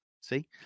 See